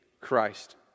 Christ